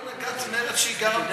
נראה לי שכל הנהגת מרצ גרה בפתח-תקווה,